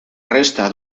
resta